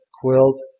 quilt